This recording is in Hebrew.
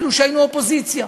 אפילו שהיינו אופוזיציה.